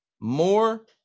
more